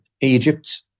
Egypt